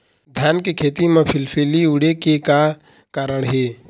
धान के खेती म फिलफिली उड़े के का कारण हे?